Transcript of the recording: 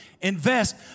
invest